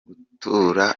gutura